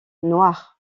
noire